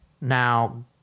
Now